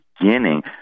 beginning